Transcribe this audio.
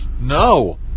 No